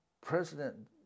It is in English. President